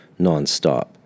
nonstop